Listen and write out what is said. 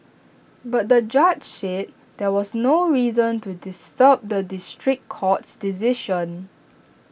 but the judge said there was no reason to disturb the district court's decision